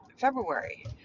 february